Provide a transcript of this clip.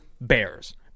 Bears